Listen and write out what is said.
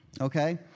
okay